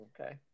Okay